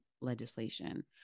legislation